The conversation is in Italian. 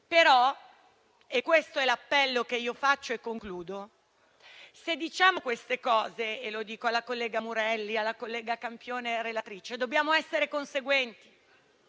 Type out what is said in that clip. questo è l'appello che faccio: se diciamo queste cose - e lo dico alla collega Murelli e alla collega Campione, relatrice - dobbiamo essere conseguenti